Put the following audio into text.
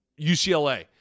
UCLA